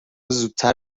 زودتر